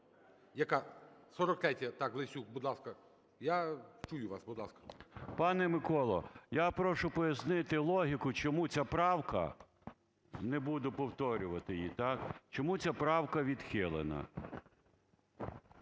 Яка? 43-я. Так, Лесюк, будь ласка. Я чую вас. Будь ласка. 12:54:44 ЛЕСЮК Я.В. Пане Миколо, я прошу пояснити логіку, чому ця правка, не буду повторювати її, чому ця правка відхилена.